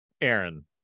Aaron